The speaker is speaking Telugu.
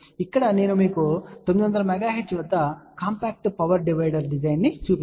ఇక్కడ నేను మీకు 900 MHz వద్ద కాంపాక్ట్ పవర్ డివైడర్ డిజైన్ను చూపించాను